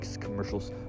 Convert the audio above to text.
commercials